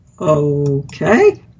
Okay